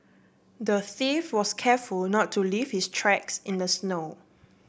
the thief was careful not to leave his tracks in the snow